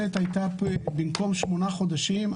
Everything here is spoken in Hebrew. במקום שמונה חודשים,